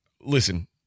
listen